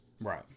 Right